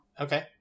Okay